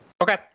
Okay